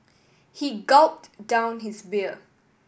he gulped down his beer